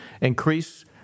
increase